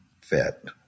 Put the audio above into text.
fit